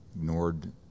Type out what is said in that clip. ignored